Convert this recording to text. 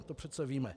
To přece víme.